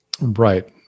Right